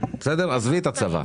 עזבי את הצבא.